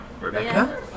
Rebecca